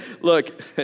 look